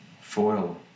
foil